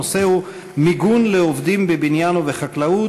הנושא הוא: מיגון לעובדים בבניין ובחקלאות,